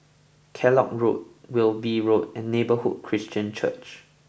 Kellock Road Wilby Road and Neighbourhood Christian Church